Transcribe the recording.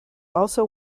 also